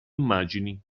immagini